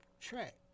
track